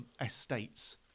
estates